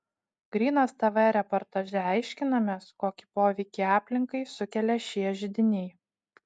grynas tv reportaže aiškinamės kokį poveikį aplinkai sukelia šie židiniai